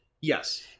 yes